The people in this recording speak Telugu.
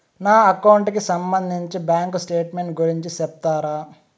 నా అకౌంట్ కి సంబంధించి బ్యాంకు స్టేట్మెంట్ గురించి సెప్తారా